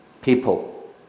people